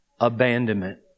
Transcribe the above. Abandonment